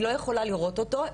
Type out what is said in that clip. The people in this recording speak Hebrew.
היא לא יכולה לראות אותו,